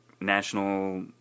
National